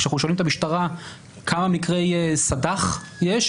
כשאנחנו שואלים את המשטרה כמה מקרי סד"ח יש,